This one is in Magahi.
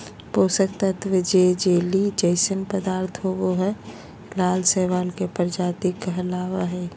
पोषक तत्त्व जे जेली जइसन पदार्थ होबो हइ, लाल शैवाल के प्रजाति कहला हइ,